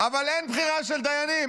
-- אבל אין בחירה של דיינים,